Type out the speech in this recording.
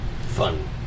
fun